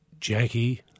Jackie